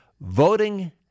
voting